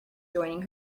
joining